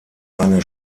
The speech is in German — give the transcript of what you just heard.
eine